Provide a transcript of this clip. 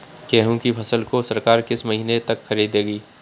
गेहूँ की फसल को सरकार किस महीने तक खरीदेगी?